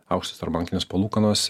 aukštos tarpbankinės palūkanos